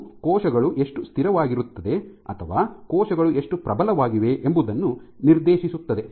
ಅದು ಕೋಶಗಳು ಎಷ್ಟು ಸ್ಥಿರವಾಗಿರುತ್ತದೆ ಅಥವಾ ಜೀವಕೋಶಗಳು ಎಷ್ಟು ಪ್ರಬಲವಾಗಿವೆ ಎಂಬುದನ್ನು ನಿರ್ದೇಶಿಸುತ್ತದೆ